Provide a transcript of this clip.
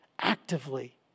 actively